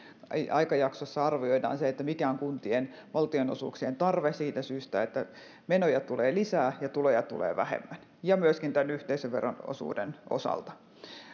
aikajaksolla arvioidaan mikä on kuntien valtionosuuksien tarve siitä syystä että menoja tulee lisää ja tuloja tulee vähemmän ja myöskin tämän yhteisöveron osuuden osalta